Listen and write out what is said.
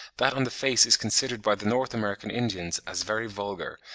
that on the face is considered by the north american indians as very vulgar,